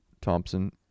Thompson